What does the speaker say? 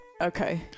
Okay